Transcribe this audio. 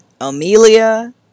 Amelia